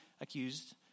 accused